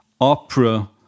opera